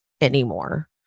anymore